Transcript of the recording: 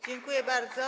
Dziękuję bardzo.